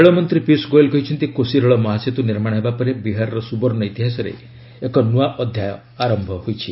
ରେଳମନ୍ତ୍ରୀ ପିୟୁଷ୍ ଗୋୟଲ୍ କହିଛନ୍ତି କୋଶି ରେଳ ମହାସେତୁ ନିର୍ମାଣ ହେବା ପରେ ବିହାରର ସୁବର୍ଷ୍ଣ ଇତିହାସରେ ଏକ ନୂଆ ଅଧ୍ୟାୟ ଆରମ୍ଭ ହୋଇଛି